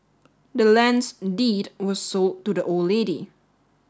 the land's deed was sold to the old lady